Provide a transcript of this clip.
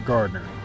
Gardner